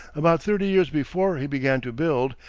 about thirty years before he began to build,